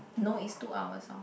no it's two hours lor